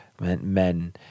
men